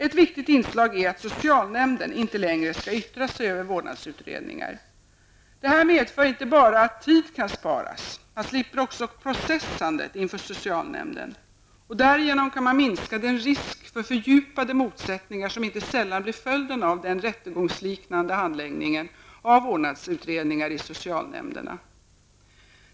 Ett viktigt inslag är att socialnämnden inte längre skall yttra sig över vårdnadsutredningar. Detta medför inte bara att tid kan sparas, utan man slipper också processandet inför socialnämnden. Därigenom kan man minska den risk för fördjupade motsättningar som inte sällan blir följden av den rättegångsliknande handläggningen av vårdnadsutredningar i socialnämnderna.